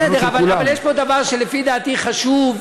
לא, בסדר, אבל יש פה דבר שלפי דעתי חשוב,